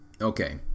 Okay